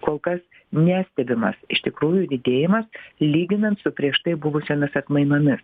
kol kas nestebimas iš tikrųjų didėjimas lyginant su prieš tai buvusiomis atmainomis